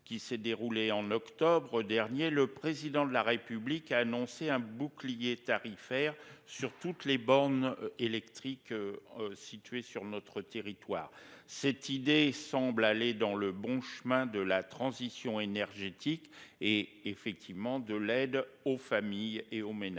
qui s'est déroulé en octobre dernier, le Président de la République a annoncé un bouclier tarifaire sur toutes les bornes électriques réparties sur notre territoire. Cette idée va dans le sens de la transition énergétique et de l'aide aux familles et aux ménages.